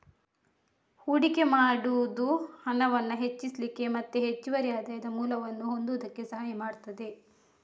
ಹೂಡಿಕೆ ಮಾಡುದು ಹಣವನ್ನ ಹೆಚ್ಚಿಸ್ಲಿಕ್ಕೆ ಮತ್ತೆ ಹೆಚ್ಚುವರಿ ಆದಾಯದ ಮೂಲವನ್ನ ಹೊಂದುದಕ್ಕೆ ಸಹಾಯ ಮಾಡ್ತದೆ